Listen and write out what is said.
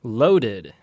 loaded